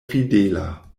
fidela